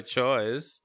choice